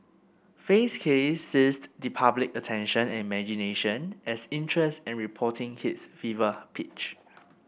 Fay's case seized the public's attention and imagination as interest and reporting hit fever pitch